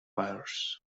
wires